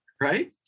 right